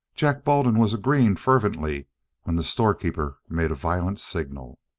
jack baldwin was agreeing fervently when the storekeeper made a violent signal.